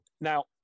Now